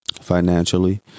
financially